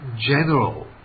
general